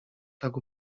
tak